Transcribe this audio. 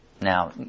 Now